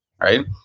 right